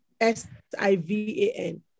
S-I-V-A-N